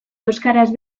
euskaraz